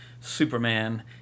Superman